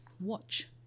Watch